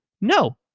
No